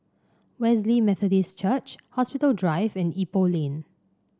Wesley Methodist Church Hospital Drive and Ipoh Lane